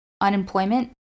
unemployment